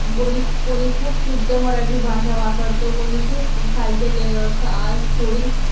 कोणी कोणी खूप शुद्ध मराठी भाषा वापरतं कोणी खूप खालच्या ले खा थोडी